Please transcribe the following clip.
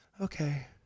Okay